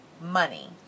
money